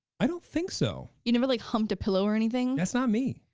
i don't think so. you never like humped a pillow or anything? that's not me.